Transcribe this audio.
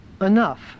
enough